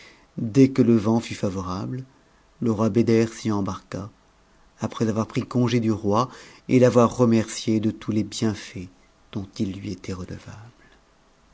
dès que le vent fut favorable le roi i s'y embarqua après avoir pris congé du roi et l'avoir remercié de tous les bienfaits dont il lui était redevable